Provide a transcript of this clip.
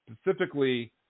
specifically